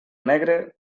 negre